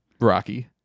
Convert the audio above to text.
Rocky